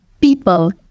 people